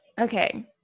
Okay